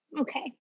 Okay